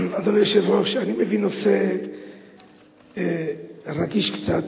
אדוני היושב-ראש, אני מביא נושא רגיש קצת,